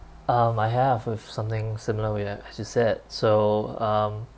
um I have it's something similar with that as you said so um